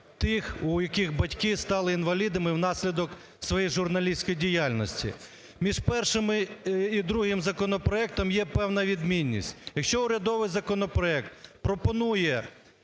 тих, у яких батьки стали інвалідами внаслідок своєї журналістської діяльності. Між першим і другим законопроектом є певна відмінність. Якщо урядовий законопроект пропонує